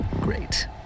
Great